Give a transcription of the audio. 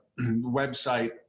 website